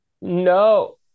No